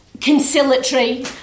conciliatory